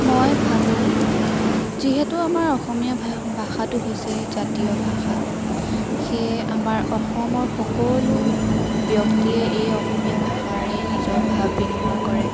মই ভাবোঁ যিহেতু আমাৰ অসমীয়া ভা ভাষাটো হৈছে জাতীয় ভাষা সেয়ে আমাৰ অসমৰ সকলো ব্যক্তিয়ে এই অসমীয়া ভাষাৰেই নিজৰ ভাৱ বিনিময় কৰে